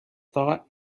thought